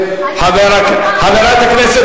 פעם אחת תסבול,